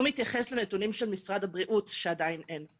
הוא מתייחס לנתונים של משרד הבריאות שעדיין אין,